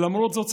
למרות זאת,